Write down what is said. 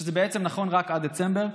שזה בעצם נכון רק עד דצמבר,